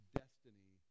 destiny